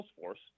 force